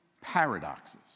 paradoxes